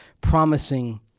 promising